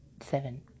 seven